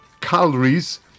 calories